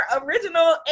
original